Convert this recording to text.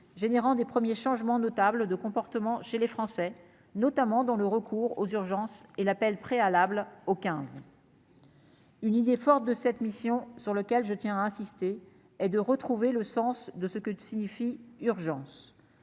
générant des premiers changements notables de comportement chez les Français, notamment dans le recours aux urgences et l'appel préalable au 15 une idée forte de cette mission, sur lequel je tiens à insister et de retrouver le sens de ce que signifie urgence